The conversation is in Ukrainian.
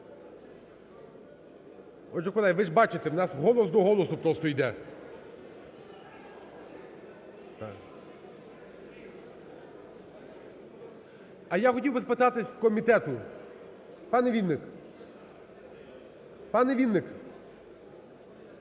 ви ж бачите, в нас голос до голосу просто йде. А я хотів би спитатись у комітету. Пане Вінник… Пане Вінник!